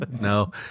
No